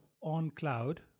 on-cloud